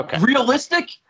realistic